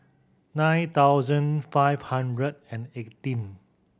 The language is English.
nine thousand five hundred and eighteen